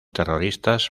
terroristas